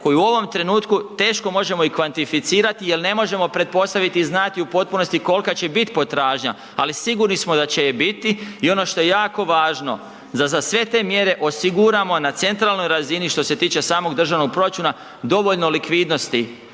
koji u ovom trenutku teško možemo i kvantificirati jel ne možemo pretpostaviti i znati u potpunosti kolka će bit potražnja, ali sigurni smo da će je biti i ono što je jako važno da za sve te mjere osiguramo na centralnoj razini što se tiče samog državnog proračuna dovoljno likvidnosti